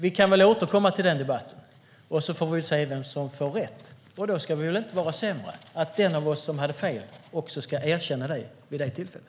Vi kan väl återkomma till denna debatt och se vem som får rätt. Då ska vi inte vara sämre än att den av oss som hade fel erkänner det vid det tillfället.